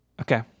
Okay